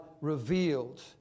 revealed